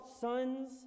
sons